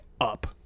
up